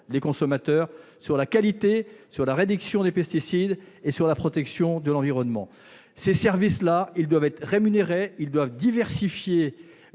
les consommateurs, sur la qualité, la réduction des pesticides et la protection de l'environnement. Ces services doivent être rémunérés ; ils doivent diversifier